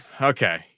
Okay